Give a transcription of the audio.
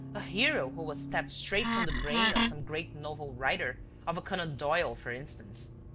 a hero who has stepped straight from the brain of some great novel-writer, of a conan doyle, for instance.